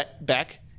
back